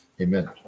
Amen